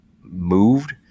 moved